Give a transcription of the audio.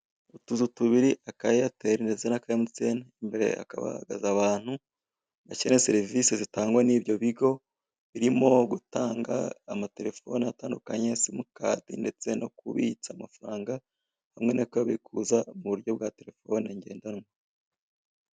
Utuzu tubiri aka ayateri ndetse n'aka emutiyene, imbere hakaba hahagaze abantu ndetse na serivise zitangwa n'ibyo bigo birimo gutanga amaterefone atandukanye, simukadi ndetse no kubitsa amafaranga hamwe no kuyabikuza mu buryo bwa terefone ngendanwa.